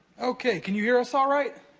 okay, can you hear us all right?